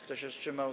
Kto się wstrzymał?